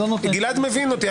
גלעד מבין אותי.